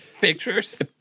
pictures